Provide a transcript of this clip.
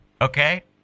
Okay